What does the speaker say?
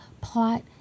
plot